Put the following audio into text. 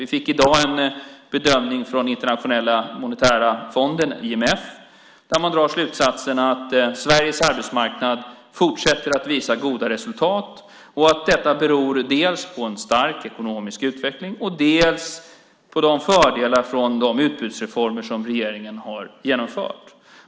Vi fick i dag en bedömning från Internationella valutafonden, IMF, där man drar slutsatsen att Sveriges arbetsmarknad fortsätter att visa goda resultat och att detta beror dels på en stark ekonomisk utveckling, dels på fördelarna från de utbudsreformer som regeringen har genomfört.